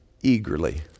eagerly